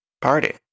party